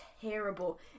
terrible